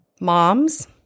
moms